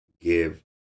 give